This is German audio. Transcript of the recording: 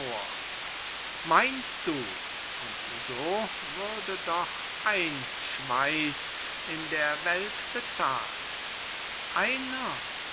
meinst du und so würde doch ein schweiß in der welt bezahlt einer